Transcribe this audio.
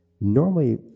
normally